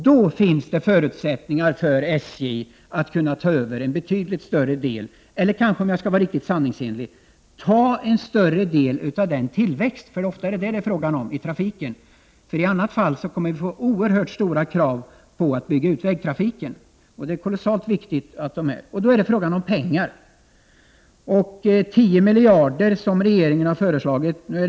Då finns det förutsättningar för SJ att ta över en betydligt större del av transporterna — eller för att vara riktigt sanningsenlig — en större del av tillväxten i trafiken, för ofta gäller det detta . I annat fall kommer det att ställas oerhört stora krav på att man bygger ut vägtrafiken. Detta är kolossalt viktigt. Sedan är det fråga om pengar. Regeringen har föreslagit 10 miljarder.